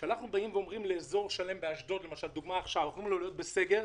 כשאנחנו אומרים לאזור שלם באשדוד שעליו להיות בסגר,